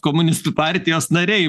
komunistų partijos nariai